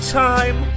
time